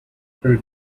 spirit